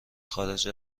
خارج